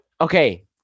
okay